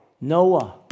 Noah